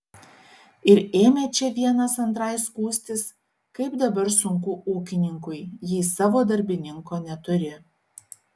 ir ėmė čia vienas antrai skųstis kaip dabar sunku ūkininkui jei savo darbininko neturi